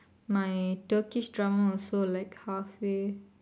my Turkish drama also like halfway